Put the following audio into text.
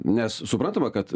nes suprantama kad